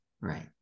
right